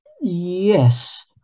Yes